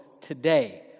today